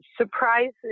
surprises